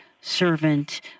servant